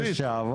סטודנטים